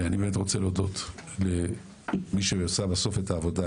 ואני באמת רוצה להודות למי שעושה בסוף את העבודה.